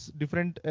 different